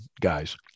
guys